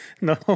no